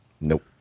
Nope